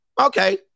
Okay